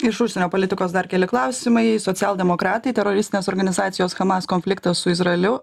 iš užsienio politikos dar keli klausimai socialdemokratai teroristinės organizacijos hamas konfliktas su izraeliu